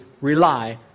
rely